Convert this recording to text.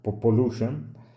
pollution